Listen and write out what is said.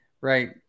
right